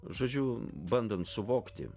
žodžių bandant suvokti